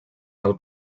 del